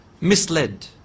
Misled